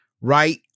right